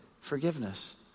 Forgiveness